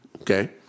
Okay